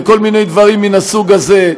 וכל מיני דברים מן הסוג הזה,